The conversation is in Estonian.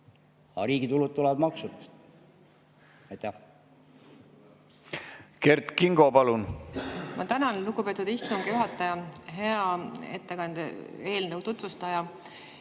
riigi tulud tulevad maksudest. Kert Kingo, palun! Ma tänan, lugupeetud istungi juhataja! Hea ettekandja, eelnõu tutvustaja!